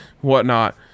whatnot